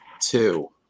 two